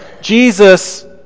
Jesus